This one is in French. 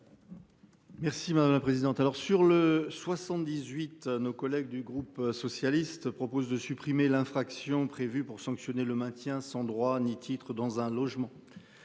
Merci madame la présidente. Alors sur le 78. Nos collègues du groupe socialiste propose de supprimer l'infraction prévue pour sanctionner le maintien sans droit ni titre dans un logement.